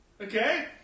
Okay